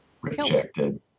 rejected